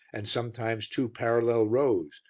and sometimes two parallel rows,